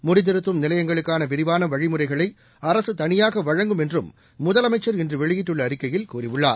முடித்திருத்தும் நிலையங்களுக்கான விரிவான வழிமுறைகளை அரசு தனியாக வழங்கும் என்றும் முதலமைச்சி இன்று வெளியிட்டுள்ள அறிக்கையில் கூறியுள்ளார்